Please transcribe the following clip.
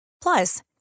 Plus